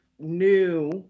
new